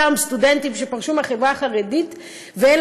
אותם סטודנטים שפרשו מהחברה החרדית ואין